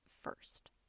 first